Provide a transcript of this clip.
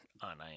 on